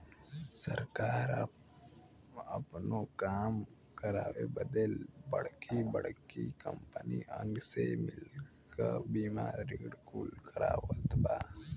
सरकार आपनो काम करावे बदे बड़की बड़्की कंपनीअन से मिल क बीमा ऋण कुल करवावत बा